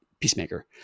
Peacemaker